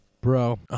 bro